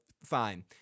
fine